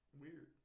weird